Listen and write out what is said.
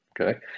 okay